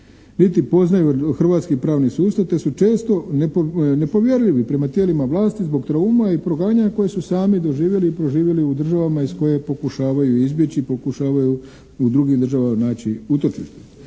niti poznaju hrvatski pravni sustav te su često nepovjerljivi prema tijelima vlasti zbog trauma i proganjanja koja su sami doživjeli i proživili u državama iz koje pokušavaju izbjeći, pokušavaju u drugim državama naći utočište.